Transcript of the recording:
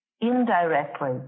indirectly